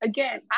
Again